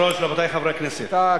חבר הכנסת שטרית.